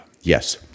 Yes